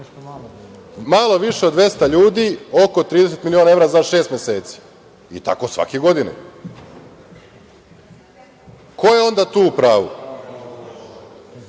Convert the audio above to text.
Malo više od 200 ljudi oko 30 miliona evra za šest meseci i tako svake godine. Ko je onda tu u pravu